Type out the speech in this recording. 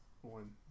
one